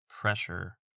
pressure